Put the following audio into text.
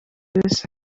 wese